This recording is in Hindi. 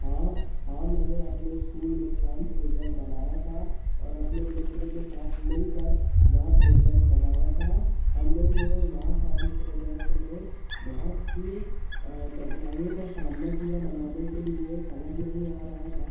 हाँ हाँ मैंने अपने इस्कूल में साइंस प्रोजेट बनाया था और अपने मित्र के साथ मिलकर वह प्रोजेक्ट बनाया था हम लोग ने वह साइंस प्रोजेक्ट में बहुत सी कठिनाइयों का सामना किया बनाने के लिए समझ नहीं आ रहा था